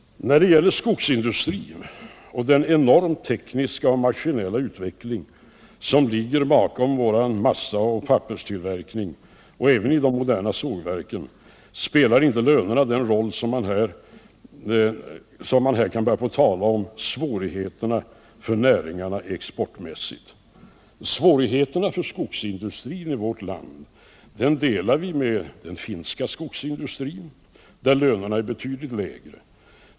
När det gäller skogsindustrin och den enorma tekniska och maskinella utveckling som ligger bakom vår massa och papperstillverkning och även bakom de moderna sågverken spelar inte lönerna den rollen att man här kan börja tala om svårigheterna för näringarna ecxportmässigt. Svårigheterna för skogsindustrin i vårt land delas av den finska skogsindustrin, där lönerna är betydligt lägre.